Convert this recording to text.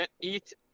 eat